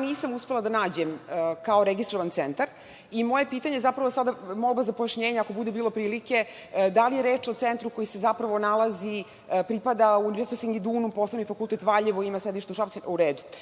nisam uspela da nađem kao registrovan Centar. Moje pitanje, sada je zapravo molba za pojašnjenje ako bude bilo prilike, da li je reč o Centru koji se nalazi, pripada Univerzitetu Singidunum, posebni Fakultet Valjevo, ima sedište u Šapcu, u redu? Ono